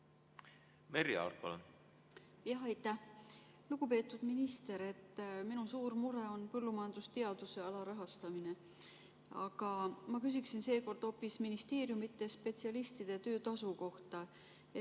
Merry Aart, palun! Aitäh, lugupeetud minister! Minu suur mure on põllumajandusteaduse alarahastamine. Aga ma küsiksin seekord hoopis ministeeriumide spetsialistide töötasu kohta.